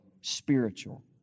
spiritual